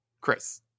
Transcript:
Chris